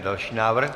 Další návrh?